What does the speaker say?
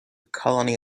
colony